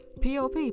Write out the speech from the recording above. pop